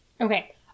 Okay